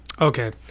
Okay